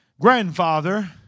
grandfather